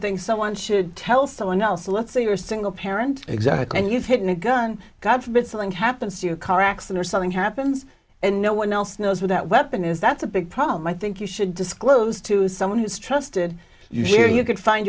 think someone should tell someone else let's say you're a single parent exactly and you've hidden a gun god forbid something happens to you a car accident or something happens and no one else knows what that weapon is that's a big problem i think you should disclose to someone who's trusted you here you could find